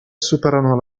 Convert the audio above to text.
superano